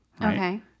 okay